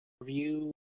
review